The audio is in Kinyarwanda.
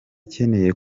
ikeneye